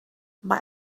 mae